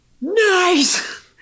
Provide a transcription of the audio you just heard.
nice